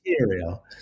material